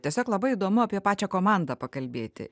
tiesiog labai įdomu apie pačią komandą pakalbėti